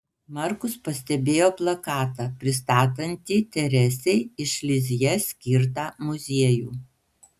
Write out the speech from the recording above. markus pastebėjo plakatą pristatantį teresei iš lizjė skirtą muziejų